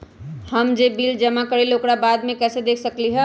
हम जे बिल जमा करईले ओकरा बाद में कैसे देख सकलि ह?